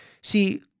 See